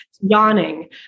yawning